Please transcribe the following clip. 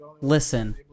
Listen